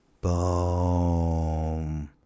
Boom